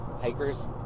hikers